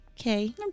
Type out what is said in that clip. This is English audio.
okay